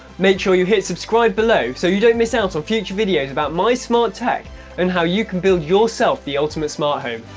make sure you hit subscribe below so you don't miss out on future videos about my smart tech and how you can build yourself the ultimate smart home!